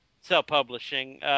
self-publishing